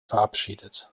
verabschiedet